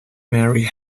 mary